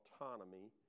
autonomy